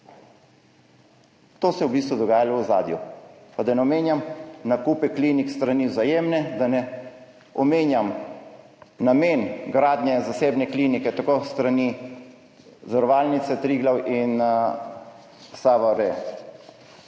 To se je v bistvu dogajalo v ozadju. Pa da ne omenjam nakupov klinik s strani Vzajemne, da ne omenjam namena gradnje zasebne klinike s strani Zavarovalnice Triglav in Save